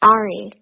Ari